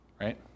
right